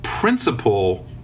principle